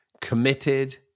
committed